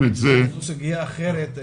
זו סוגיה אחרת.